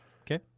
Okay